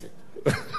תודה.